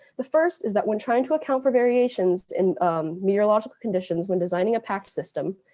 the first is that when trying to account for variations in meteorological conditions when designing a pact system,